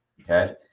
okay